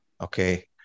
Okay